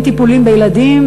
עם טיפול בילדים,